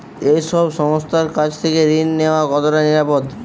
এই সব সংস্থার কাছ থেকে ঋণ নেওয়া কতটা নিরাপদ?